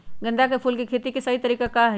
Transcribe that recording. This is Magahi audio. गेंदा के फूल के खेती के सही तरीका का हाई?